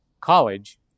college